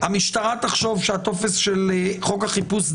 המשטרה תחשוב שהטופס של חוק החיפוש דיו,